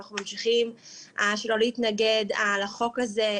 אנחנו ממשיכים שלא להתנגד לחוק הזה,